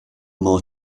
more